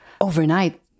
overnight